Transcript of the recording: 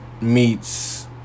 meets